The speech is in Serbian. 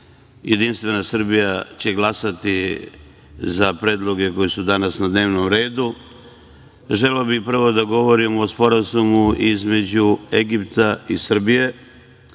Jedinstvena Srbija će glasati za predloge koji su danas na dnevnom redu. Želeo bih prvo da govorim o Sporazumu između Egipta i Srbije,